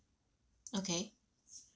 okay